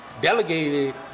delegated